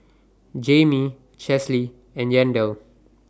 Jayme Chesley and Yandel